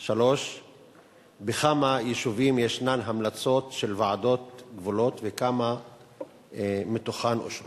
3. בכמה יישובים ישנן המלצות של ועדות גבולות וכמה מתוכן אושרו?